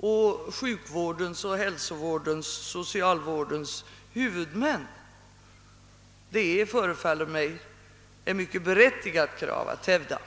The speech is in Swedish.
och sjukvårdens, hälsovårdens och socialvårdens huvudmän, förefaller mig vara ett mycket berättigat krav att hävda.